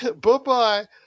Bye-bye